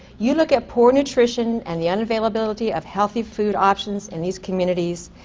you look at poor nutrition and the unavailability of healthy food options in these communities,